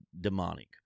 demonic